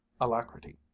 alacrity